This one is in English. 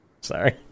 Sorry